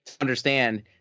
understand